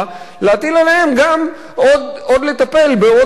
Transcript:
להטיל עליהם גם לטפל בעוד אנשים,